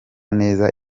neza